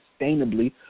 sustainably